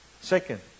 Second